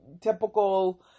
typical